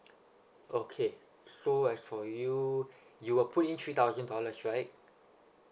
okay so as for you you will put in three thousand dollars right